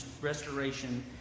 restoration